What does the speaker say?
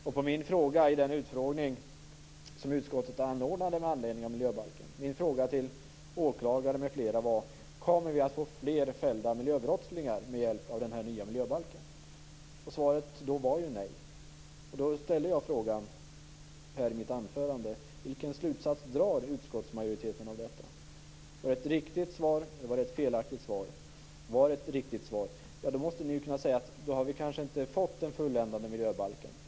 Min fråga till åklagare m.fl. i den utfrågning som utskottet anordnade med anledning av miljöbalken var: Kommer vi att få fler fällda miljöbrottslingar med hjälp av den nya miljöbalken? Svaret var ju nej. Därför ställde jag frågan i mitt anförande: Vilken slutsats drar utskottsmajoriteten av detta? Var det ett riktigt svar eller var det ett felaktigt svar? Om det var ett riktigt svar måste ni kunna säga att vi kanske inte har fått den fulländade miljöbalken.